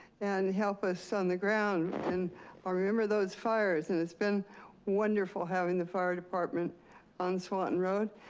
and help us on the ground. and i remember those fires. and it's been wonderful having the fire department on swanton road.